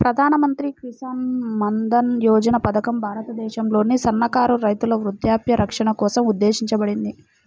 ప్రధాన్ మంత్రి కిసాన్ మన్ధన్ యోజన పథకం భారతదేశంలోని సన్నకారు రైతుల వృద్ధాప్య రక్షణ కోసం ఉద్దేశించబడింది